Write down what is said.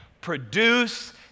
produce